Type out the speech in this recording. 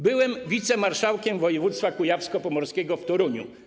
Byłem wicemarszałkiem województwa kujawsko-pomorskiego, byłem w Toruniu.